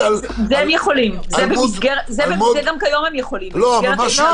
זה גם כיום הם יכולים, במסגרת ההתנהלות בחוץ.